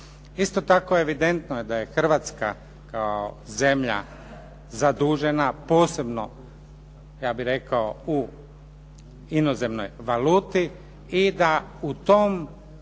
Isto tako, evidentno je da je Hrvatska kao zemlja zadužena posebno ja bih rekao u inozemnoj valuti i da u tom